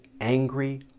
angry